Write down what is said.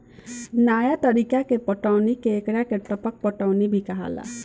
नया तरीका के पटौनी के एकरा के टपक पटौनी भी कहाला